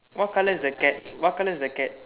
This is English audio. what color is the cat what color is the cat